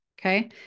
okay